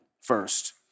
first